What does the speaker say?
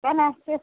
केना की